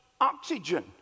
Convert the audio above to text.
oxygen